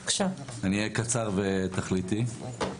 אהיה קצר ותכליתי.